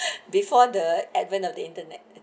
before the advent of the internet